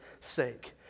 sake